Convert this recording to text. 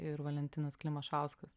ir valentinas klimašauskas